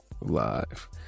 Live